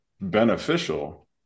beneficial